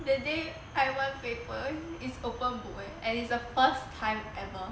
that day I one paper is open book eh and it's the first time ever